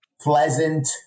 pleasant